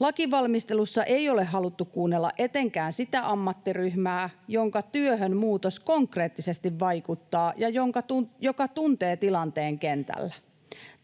Lakivalmistelussa ei ole haluttu kuunnella etenkään sitä ammattiryhmää, jonka työhön muutos konkreettisesti vaikuttaa ja joka tuntee tilanteen kentällä.